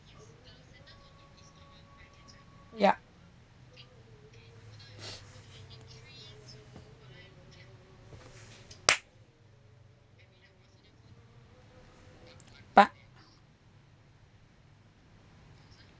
ya part